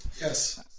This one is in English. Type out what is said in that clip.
Yes